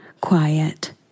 quiet